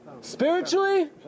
spiritually